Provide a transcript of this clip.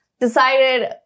Decided